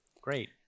great